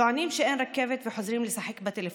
טוענים שאין רכבת וחוזרים לשחק בטלפון.